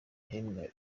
yahembwe